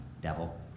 devil